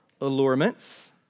allurements